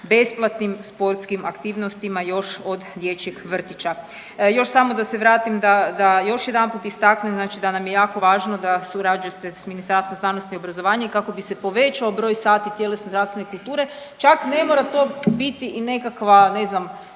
besplatnim sportskim aktivnostima još od dječjeg vrtića. Još samo da se vratim da još jedanput istaknem znači da nam je jako važno da surađuje s Ministarstvom znanosti i obrazovanja i kako bi se povećao broj sati tjelesne zdravstvene kulture, čak ne mora to biti i nekakva, ne znam,